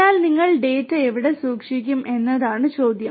എന്നാൽ നിങ്ങൾ ഡാറ്റ എവിടെ സൂക്ഷിക്കും എന്നതാണ് ചോദ്യം